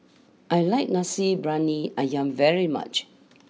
I like Nasi Briyani Ayam very much